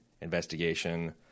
investigation